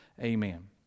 Amen